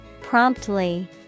Promptly